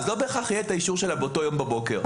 אז לא בהכרח יהיה את האישור שלה באותו יום בבוקר.